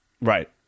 Right